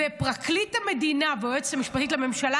ופרקליט המדינה והיועצת המשפטית לממשלה